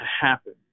happen